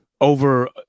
over